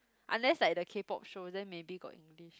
unless like the k-pop shows then maybe got English